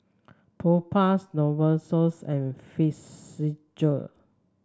Propass Novosource and Physiogel